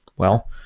well,